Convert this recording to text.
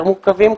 הם יותר מורכבים.